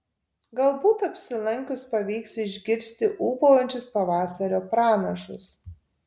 galbūt apsilankius pavyks išgirsti ūbaujančius pavasario pranašus